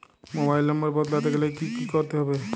Mobile number বদলাতে গেলে কি করতে হবে?